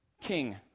king